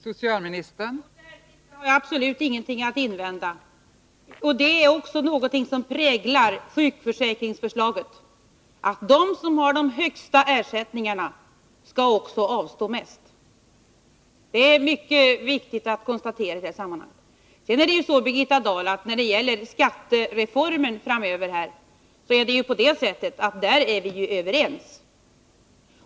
Fru talman! Mot det sista har jag absolut ingenting att invända. Och det är också någonting som präglar sjukförsäkringsförslaget — att de som har de högsta ersättningarna också skall avstå mest. Det är mycket viktigt att konstatera det i detta sammanhang. När det sedan gäller skattereformen framöver är vi överens.